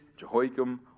Jehoiakim